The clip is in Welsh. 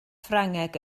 ffrangeg